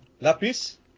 Lapis